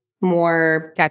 more